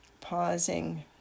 pausing